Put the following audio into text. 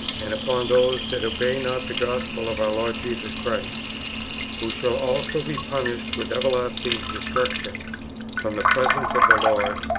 and upon those that obey not the gospel of our lord jesus christ who shall also be punished with everlasting destruction from the presence of the lord,